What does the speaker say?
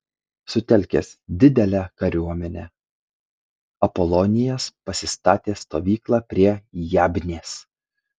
sutelkęs didelę kariuomenę apolonijas pasistatė stovyklą prie jabnės